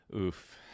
Oof